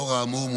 לאור האמור,